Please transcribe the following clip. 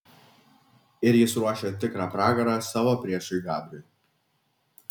ir jis ruošia tikrą pragarą savo priešui gabriui